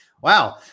Wow